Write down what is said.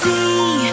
See